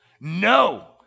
No